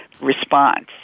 response